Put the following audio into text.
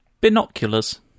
Binoculars